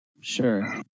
Sure